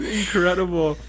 incredible